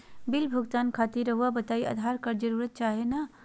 Bill भुगतान खातिर रहुआ बताइं आधार कार्ड जरूर चाहे ना?